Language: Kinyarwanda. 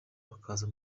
bakaza